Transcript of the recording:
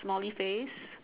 smiley face